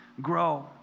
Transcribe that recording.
grow